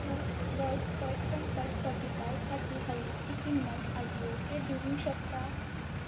तूं boycott comfort fortify खातीर हालींची किंमत आजिओचेर दिवंक शकता